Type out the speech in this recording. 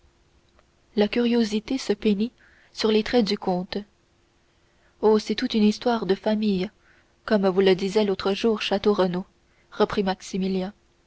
la curiosité se peignit sur les traits du comte oh c'est toute une histoire de famille comme vous le disait l'autre jour château renaud reprit maximilien